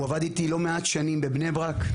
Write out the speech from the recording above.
הוא עבד איתי לא מעט שנים בבני ברק,